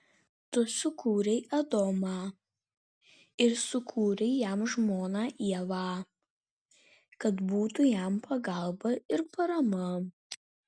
tu sukūrei adomą ir sukūrei jam žmoną ievą kad būtų jam pagalba ir parama